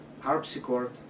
harpsichord